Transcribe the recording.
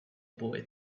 boy